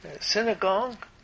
synagogue